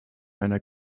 einer